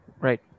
Right